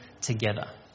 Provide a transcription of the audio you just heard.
together